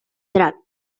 drap